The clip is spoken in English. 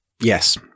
Yes